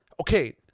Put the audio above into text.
okay